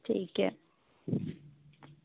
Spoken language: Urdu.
ٹھیک ہے